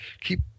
keep